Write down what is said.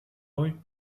rue